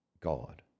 God